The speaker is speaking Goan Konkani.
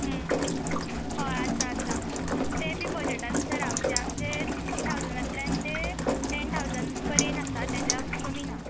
हय आसा आसा ते ती बजेटानुसार आसा म्हणजे आमचे सिक्टी ठावजणांतल्यान ते टेन ठावजण परेन आसा तेज्या कमी ना